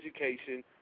education